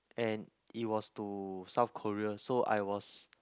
and it was to South Korea so I was